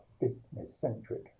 business-centric